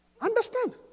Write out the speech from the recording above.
Understand